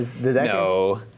No